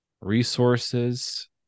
resources